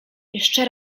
jeszcze